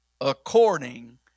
according